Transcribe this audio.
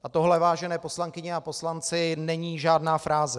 A tohle, vážené poslankyně a poslanci, není žádná fráze.